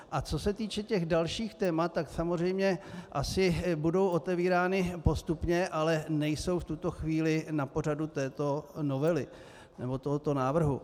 A co se týče těch dalších témat, tak samozřejmě asi budou otevírána postupně, ale nejsou v tuto chvíli na pořadu této novely, tohoto návrhu.